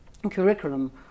curriculum